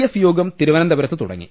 F യോഗം തിരുവനന്തപുരത്ത് തുടങ്ങി